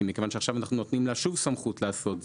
כי מכיוון שעכשיו אנחנו נותנים לה שוב סמכות לעשות זאת.